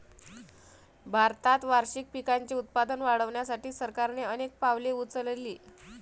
भारतात वार्षिक पिकांचे उत्पादन वाढवण्यासाठी सरकारने अनेक पावले उचलली